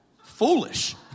Foolish